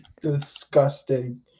disgusting